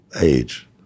age